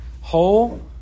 whole